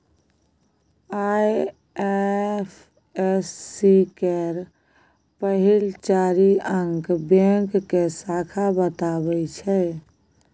IFSC केर पहिल चारि अंक बैंक के शाखा बताबै छै